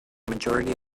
majority